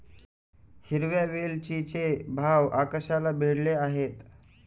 हिरव्या वेलचीचे भाव आकाशाला भिडले आहेत